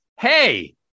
hey